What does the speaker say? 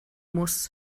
muss